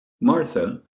Martha